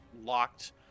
locked